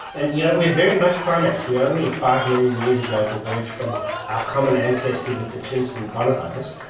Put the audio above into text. and you know we are very much primates, we only five million years ago diverged from our common ancestor with the chimps and bonobos,